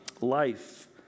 life